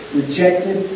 rejected